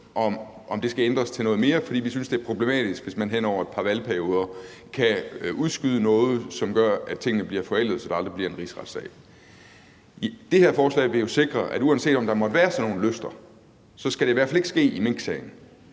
om skal ændres til noget mere, fordi vi synes, det er problematisk, hvis man hen over et par valgperioder kan udskyde noget, som gør, at tingene bliver forældede, så der aldrig bliver en rigsretssag. Det her forslag vil jo sikre, at uanset om der måtte være sådan nogle lyster, skal det i hvert fald ikke ske i minksagen.